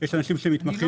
יש אנשים שמתמחים.